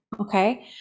okay